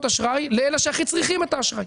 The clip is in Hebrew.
אשראי לאלו שהכי צריכים את האשראי.